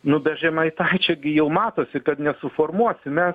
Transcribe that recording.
nu be žemaitaičio gi jau matosi kad nesuformuosim mes